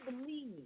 believe